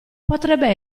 potrebbe